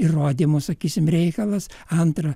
įrodymų sakysim reikalas antra